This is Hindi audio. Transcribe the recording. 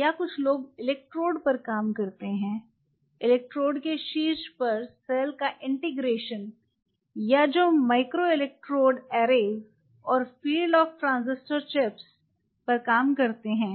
या कुछ लोग इलेक्ट्रोड पर काम करते हैं इलेक्ट्रोड के शीर्ष पर सेल का इंटीग्रेशन या जो माइक्रोइलेक्ट्रोड अर्रेस और फील्ड ऑफ़ ट्रांजिस्टर चिप्स पर काम करते हैं